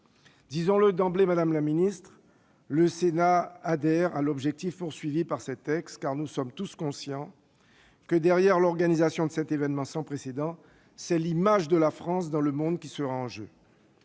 Disons-le d'emblée, madame la ministre : le Sénat adhère au but fixé par ces textes, car nous sommes tous conscients que, derrière l'organisation de cet événement sans précédent, c'est l'image de la France dans le monde qui sera en jeu.